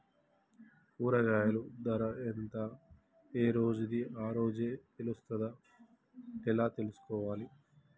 కూరగాయలు ధర ఎంత ఏ రోజుది ఆ రోజే తెలుస్తదా ఎలా తెలుసుకోవాలి?